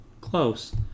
Close